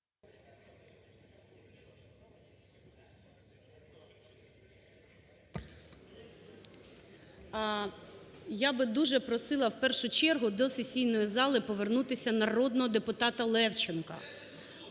Я би дуже просила в першу чергу до сесійної зали повернутися народного депутата Левченка.